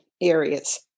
areas